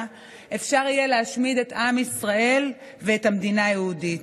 אפשר יהיה להשמיד את עם ישראל ואת המדינה היהודית.